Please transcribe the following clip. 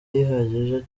gihagije